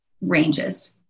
ranges